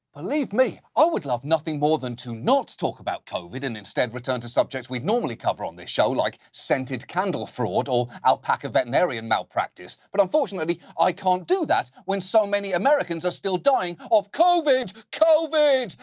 believe me, i ah would love nothing more than to not talk about covid, and instead return to subjects we'd normally cover on this show like scented candle fraud or alpaca veterinarian malpractice. but unfortunately, i can't do that when so many americans are still dying of covid! covid!